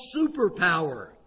superpower